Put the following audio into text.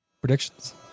Predictions